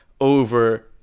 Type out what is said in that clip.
over